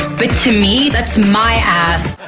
but to me, that's my ass.